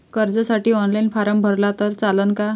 कर्जसाठी online form भरला तर चालन का?